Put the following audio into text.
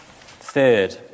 Third